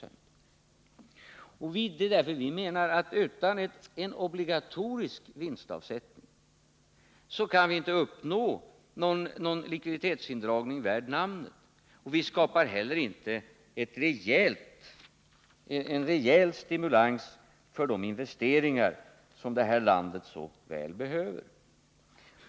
Det är därför vi menar att vi inte utan en obligatorisk vinstavsättning kan uppnå någon likviditetsindragning värd namnet och inte heller skapa någon rejäl stimulans för de investeringar som det här landet så väl behöver.